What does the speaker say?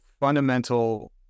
fundamental